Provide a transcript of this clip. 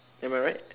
am I right